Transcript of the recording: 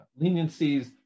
leniencies